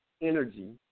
energy